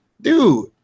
Dude